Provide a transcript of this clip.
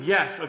Yes